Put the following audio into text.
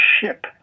ship